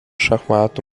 šachmatų